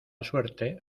suerte